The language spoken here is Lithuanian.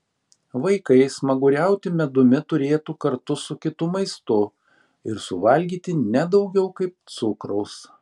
vaikai smaguriauti medumi turėtų kartu su kitu maistu ir suvalgyti ne daugiau kaip cukraus